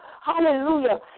hallelujah